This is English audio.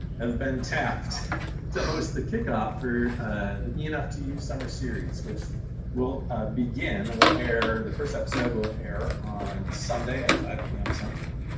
have been tapped to host the kickoff for the enf to you summer series, which will begin and we'll air, the first episode will air on sunday at five p m. central.